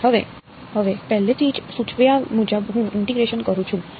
અને હવે પહેલેથી જ સૂચવ્યા મુજબ હું ઇન્ટીગ્રેશન કરું છું